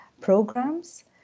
programs